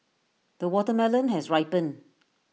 the watermelon has ripened